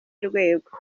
rwego